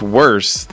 worse